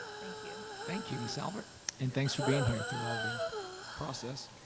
thank you. thank you, miss albert and thanks for being here through all the process.